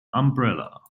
umbrella